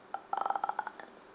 uh